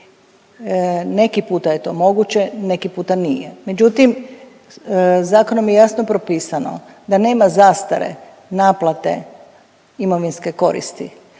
Neki puta je to moguće, neki puta nije, međutim, zakonom je jasno propisano da nema zastare naplate imovinske koriste,